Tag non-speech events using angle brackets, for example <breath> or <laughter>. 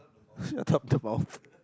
<breath> yeah chop their mouth